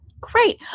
Great